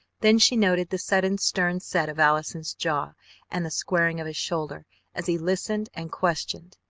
then she noted the sudden stern set of allison's jaw and the squaring of shoulder as he listened and questioned.